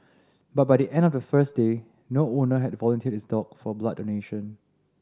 but by the end of the first day no owner had volunteered his dog for blood donation